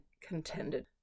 contended